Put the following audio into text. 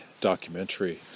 documentary